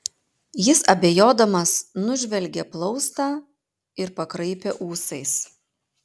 jis abejodamas nužvelgė plaustą ir pakraipė ūsais